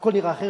הכול נראה אחרת.